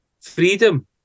freedom